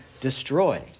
destroy